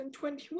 2021